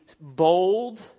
bold